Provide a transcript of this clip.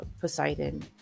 poseidon